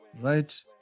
right